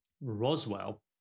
Roswell